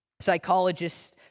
Psychologists